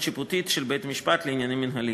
שיפוטית של בית-המשפט לעניינים מינהליים.